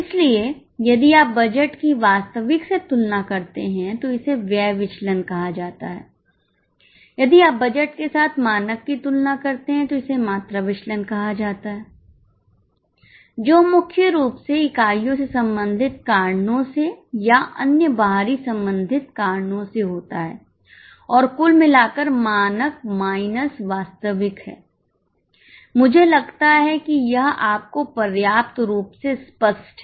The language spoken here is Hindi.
इसलिए यदि आप बजट की वास्तविक से तुलना करते हैं तो इसे व्यय विचलन कहा जाता है यदि आप बजट के साथ मानक की तुलना करते हैं तो इसे मात्रा विचलन कहा जाता है जो मुख्य रूप से इकाइयों से संबंधित कारणों से या अन्य बाहरी संबंधित कारणों सेहोता है और कुल मिलाकर मानक माइनस वास्तविक है मुझे लगता है कि यह आप को पर्याप्त रूप से स्पष्ट है